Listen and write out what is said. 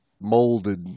molded